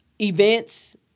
events